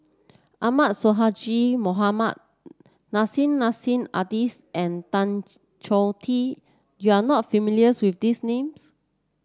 Ahmad Sonhadji Mohamad Nissim Nassim Adis and Tan Choh Tee you are not familiar with these names